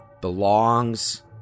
belongs